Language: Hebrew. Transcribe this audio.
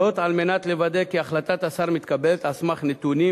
וזאת על מנת לוודא כי החלטת השר מתקבלת על סמך נתונים